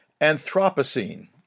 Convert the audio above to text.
Anthropocene